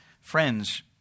friends